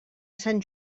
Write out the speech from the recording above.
sant